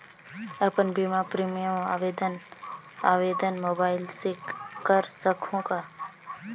अपन बीमा प्रीमियम आवेदन आवेदन मोबाइल से कर सकहुं का?